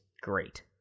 great